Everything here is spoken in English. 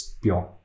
pure